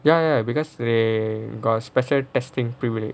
ya ya because they got special testing privilege